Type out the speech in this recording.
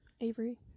Avery